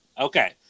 Okay